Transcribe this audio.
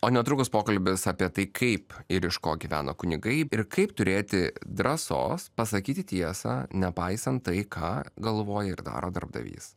o netrukus pokalbis apie tai kaip ir iš ko gyvena kunigai ir kaip turėti drąsos pasakyti tiesą nepaisant tai ką galvoja ir daro darbdavys